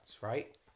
Right